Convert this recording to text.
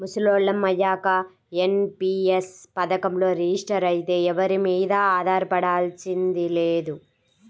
ముసలోళ్ళం అయ్యాక ఎన్.పి.యస్ పథకంలో రిజిస్టర్ అయితే ఎవరి మీదా ఆధారపడాల్సింది లేదు